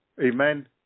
Amen